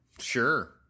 sure